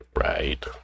right